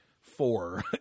four